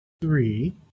three